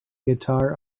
guitar